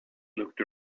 looked